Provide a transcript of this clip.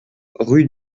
rue